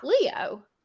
Leo